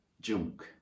junk